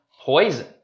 poison